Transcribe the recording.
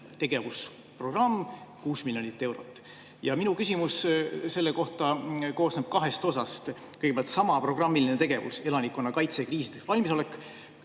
tegevusprogramm 6 miljonit eurot. Minu küsimus selle kohta koosneb kahest osast. Kõigepealt, seesama programmiline tegevus: elanikkonnakaitse, kriisideks valmisolek.